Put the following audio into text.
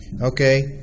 Okay